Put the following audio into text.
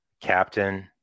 Captain